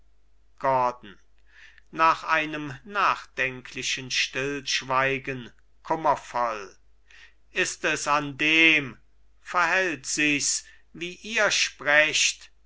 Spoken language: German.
gordon nach einem nachdenklichen stillschweigen kummervoll ist es an dem verhält sichs wie ihr sprecht